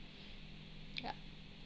ya